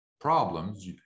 problems